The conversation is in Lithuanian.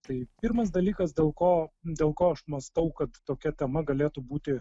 tai pirmas dalykas dėl ko dėl ko aš mąstau kad tokia tema galėtų būti